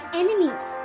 enemies